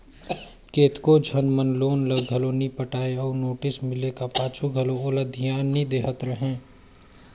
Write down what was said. केतनो झन मन लोन ल घलो नी पटाय अउ नोटिस मिले का पाछू घलो ओला धियान नी देहत रहें